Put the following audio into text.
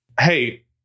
Hey